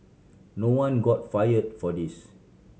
no one got fire for this